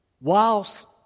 whilst